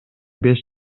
беш